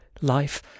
life